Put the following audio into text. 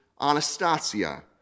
Anastasia